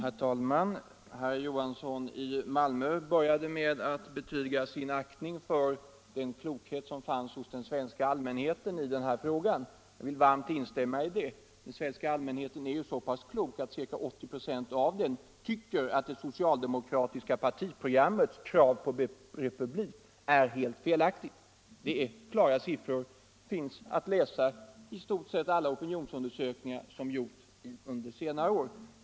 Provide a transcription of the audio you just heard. Herr talman! Herr Johansson i Malmö började med att betyga sin aktning för den klokhet som finns hos den svenska allmänheten i den här frågan. Jag vill varmt instämma i det. Den svenska allmänheten är ju så pass klok att ca 80 96 tycker att det socialdemokratiska partiprogrammets krav på republik är helt felaktigt. Det är klara siffror som finns att ta del av i alla opinionsundersökningar i stort sett som gjorts under senare år.